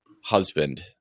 husband